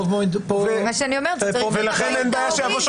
מה שאני אומרת שזה צריך להיות באחריות ההורים,